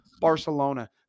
Barcelona